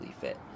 fit